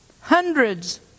hundreds